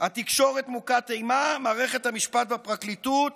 התקשורת מוכת אימה, מערכת המשפט והפרקליטות